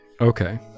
Okay